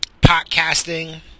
podcasting